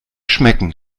schmecken